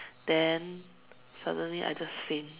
then suddenly I just faint